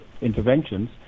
interventions